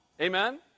Amen